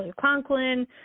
Conklin